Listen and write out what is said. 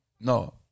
No